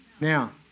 Now